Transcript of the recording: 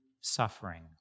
suffering